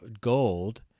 gold